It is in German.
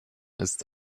ist